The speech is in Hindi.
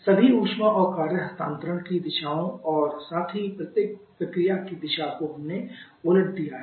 सभी ऊष्मा और कार्य हस्तांतरण की दिशाओं और साथ ही प्रत्येक प्रक्रिया की दिशा को हमने उलट दिया है